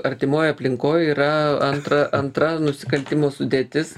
artimoj aplinkoj yra antra antra nusikaltimo sudėtis